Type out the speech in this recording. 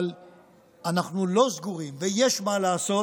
אבל אנחנו לא סגורים, ויש מה לעשות,